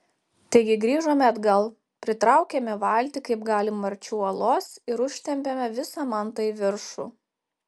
taigi grįžome atgal pritraukėme valtį kaip galima arčiau uolos ir užtempėme visą mantą į viršų